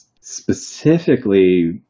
specifically